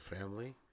family